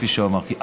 כפי שאמרתי,